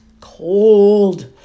cold